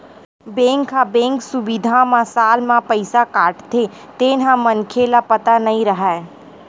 bank ह bank सुबिधा म साल म पईसा काटथे तेन ह मनखे ल पता नई रहय